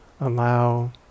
allow